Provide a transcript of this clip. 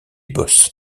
boss